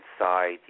inside